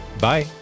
Bye